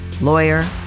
lawyer